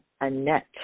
Annette